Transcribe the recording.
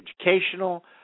educational